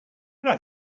but